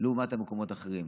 לעומת המקומות האחרים.